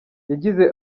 yagize